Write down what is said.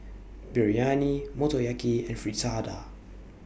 Biryani Motoyaki and Fritada